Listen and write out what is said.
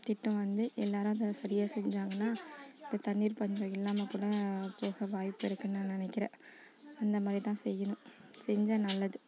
திட்டம் வந்து எல்லோரும் அதை சரியாக செஞ்சாங்கனா இப்போ தண்ணீர் பஞ்சம் இல்லாமல் கூட போக வாய்ப்பிருக்குன்னு நான் நினைக்கிறேன் அந்த மாதிரி தான் செய்யணும் செஞ்சால் நல்லது